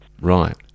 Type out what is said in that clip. Right